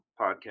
podcast